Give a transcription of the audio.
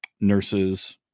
nurses